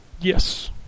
Yes